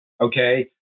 Okay